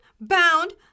bound